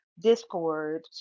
discord